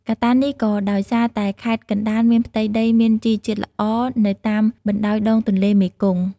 កត្តានេះក៏ដោយសារតែខេត្តកណ្ដាលមានផ្ទៃដីមានជីជាតិល្អនៅតាមបណ្ដោយដងទន្លេមេគង្គ។